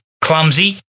clumsy